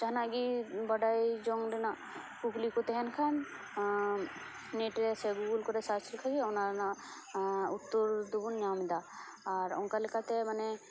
ᱡᱟᱦᱟᱸᱱᱟᱜ ᱜᱮ ᱵᱟᱰᱟᱭ ᱡᱚᱝ ᱨᱮᱭᱟᱜ ᱠᱩᱠᱞᱤ ᱠᱚ ᱛᱟᱦᱮᱱ ᱠᱷᱟᱱ ᱱᱮᱴ ᱨᱮ ᱥᱮ ᱜᱩᱜᱩᱞ ᱠᱚᱨᱮ ᱥᱟᱨᱪ ᱞᱮᱠᱷᱟᱱ ᱜᱮ ᱚᱱᱟ ᱨᱮᱭᱟᱜ ᱛᱮᱞᱟ ᱫᱚᱵᱚᱱ ᱧᱟᱢ ᱮᱫᱟ ᱟᱨ ᱚᱱᱠᱟ ᱞᱮᱠᱟᱛᱮ ᱢᱟᱱᱮ